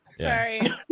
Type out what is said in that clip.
Sorry